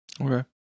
Okay